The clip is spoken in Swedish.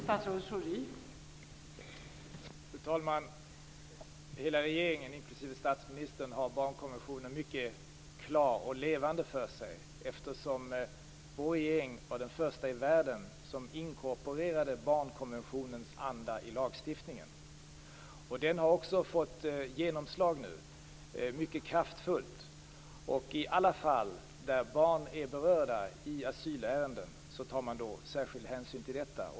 Fru talman! Hela regeringen, inklusive statsministern, har barnkonventionen klar och levande för sig. Vår regering var den första i världen som inkorporerade barnkonventionens anda i lagstiftningen. Den har fått ett kraftfullt genomslag. I alla asylärenden där barn är berörda tas särskild hänsyn till detta.